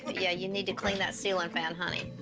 yeah you need to clean that ceiling fan, honey.